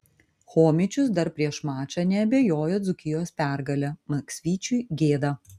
chomičius dar prieš mačą neabejojo dzūkijos pergale maksvyčiui gėda